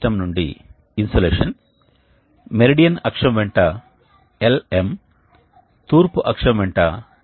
మేము మీ కోసం అమలు చేయాలనుకుంటున్నాము ఇది స్వీయ వివరణాత్మకమైనది మరియు భౌతిక నిర్మాణం అంటే ఏమిటి వాయు ప్రవాహాలు దాని గుండా ఎలా ప్రవహిస్తాయో మీరు చూడగలరు